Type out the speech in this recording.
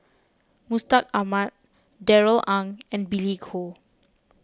Mustaq Ahmad Darrell Ang and Billy Koh